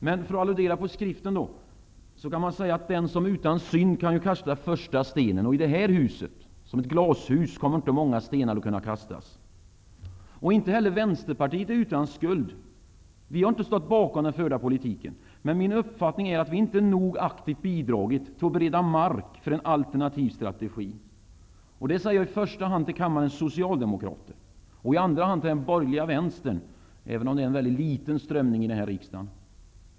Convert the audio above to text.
Men för att alludera på skriften kan man säga att den som är utan synd kan kasta första stenen. I det här huset -- glashuset -- kommer inte många stenar att kunna kastas. Inte heller Vänsterpartiet är utan skuld. Vi har inte stått bakom den förda politiken, men min uppfattning är att vi inte nog aktivt bidragit till att bereda mark för en alternativ strategi. Detta säger jag i första hand till kammarens socialdemokrater och i andra hand till den borgerliga vänstern, även om det är en mycket liten strömning i den här riksdagen.